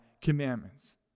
commandments